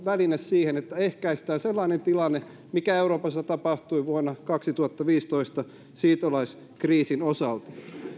väline siihen että ehkäistään sellainen tilanne mikä euroopassa tapahtui vuonna kaksituhattaviisitoista siirtolaiskriisin osalta